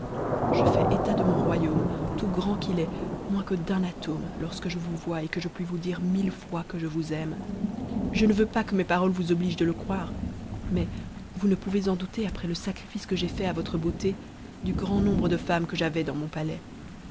je fais état de mon royaume tout grand qu'il est moins que d'un atome lorsque je vous wiset que je puis vousdire mille foisque je vous aime je ne veux pas que mes paroles vous obligent de le croire mais vous ne pouvez en douter après le sacrifice que j'ai fait à votre beauté du grand nombre de femmes ue j'avais dans mon palais